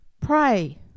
Pray